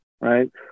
right